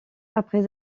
après